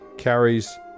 Carries